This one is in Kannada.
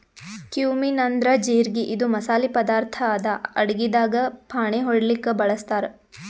ಕ್ಯೂಮಿನ್ ಅಂದ್ರ ಜಿರಗಿ ಇದು ಮಸಾಲಿ ಪದಾರ್ಥ್ ಅದಾ ಅಡಗಿದಾಗ್ ಫಾಣೆ ಹೊಡ್ಲಿಕ್ ಬಳಸ್ತಾರ್